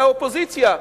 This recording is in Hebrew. זה האופוזיציה.